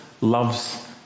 loves